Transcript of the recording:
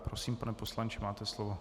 Prosím, pane poslanče, máte slovo.